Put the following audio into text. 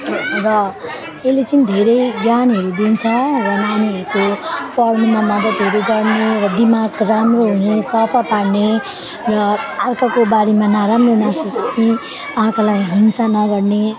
र यसले चाहिँ धेरै ज्ञानहरू दिन्छ र नानीहरूको पढ्नुमा मदतहरू गर्ने र दिमाग राम्रो हुने सफा पार्ने र अर्काको बारेमा नराम्रो नसोच्ने अर्कालाई हिंसा नगर्ने